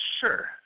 Sure